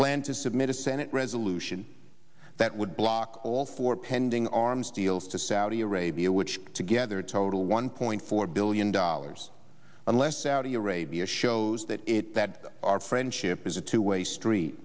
plan to submit a senate resolution that would block all four pending arms deals to saudi arabia which together total one point four billion dollars unless saudi arabia shows that it that our friendship is a two way street